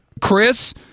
Chris